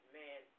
man